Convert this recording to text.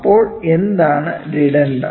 അപ്പോൾ എന്താണ് ഡെഡെൻഡം